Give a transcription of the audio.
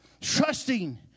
trusting